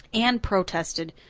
anne protested.